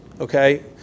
okay